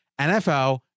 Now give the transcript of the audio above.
NFL